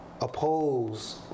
oppose